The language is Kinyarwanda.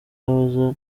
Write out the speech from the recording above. wahoze